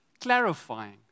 clarifying